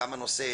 גם הנושא